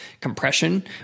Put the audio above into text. compression